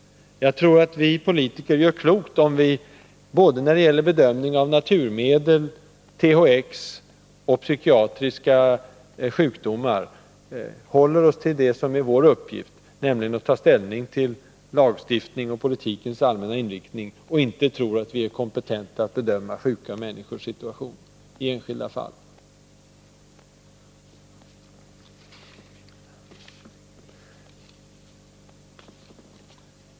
När det gäller bedömningen av såväl naturmedel och THX som psykiatriska sjukdomar tro jag att vi politiker gör klokt i att hålla oss till det som är vår uppgift, nämligen att ta ställning till lagstiftning och politikens allmänna inriktning och inte tro att vi är kompetenta att bedöma sjuka människors situation i enskilda fall.